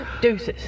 deuces